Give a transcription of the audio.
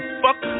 fuck